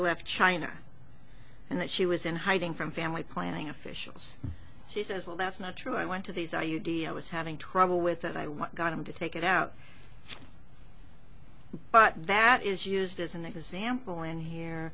left china and that she was in hiding from family planning officials she says well that's not true i went to these are you d i was having trouble with that i want got him to take it out but that is used as an example and here